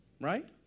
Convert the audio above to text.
Right